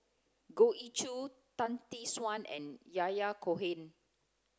Goh Ee Choo Tan Tee Suan and Yahya Cohen